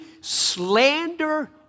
slander